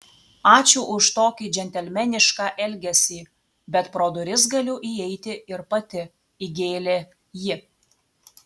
ačiū už tokį džentelmenišką elgesį bet pro duris galiu įeiti ir pati įgėlė ji